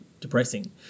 depressing